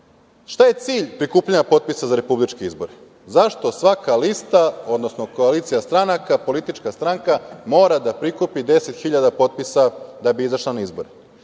šta je cilj prikupljanja potpisa za republičke izbore? Zašto svaka lista, odnosno koalicija stranaka, politička stranka mora da prikupi 10.000 potpisa da bi izašla na izbore?